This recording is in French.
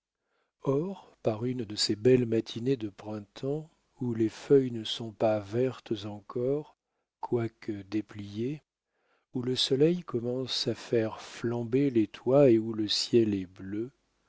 or par une de ces belles matinées de printemps où les feuilles ne sont pas vertes encore quoique dépliées où le soleil commence à faire flamber les toits et où le ciel est bleu